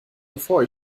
bevor